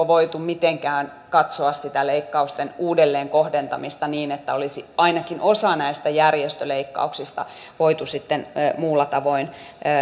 voitu jotenkin katsoa sitä leikkausten uudelleenkohdentamista niin että olisi ainakin osa näistä järjestöleikkauksista voitu sitten muulla tavoin